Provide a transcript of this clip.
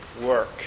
work